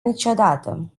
niciodată